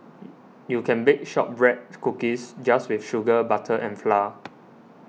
you can bake Shortbread Cookies just with sugar butter and flour